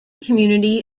community